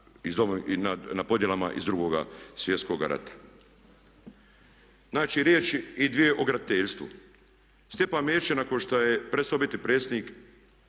na podjelama iz Drugoga svjetskoga rata. Znači riječi i dvije o graditeljstvu. Stjepan Mesić je nakon što je prestao biti predsjednik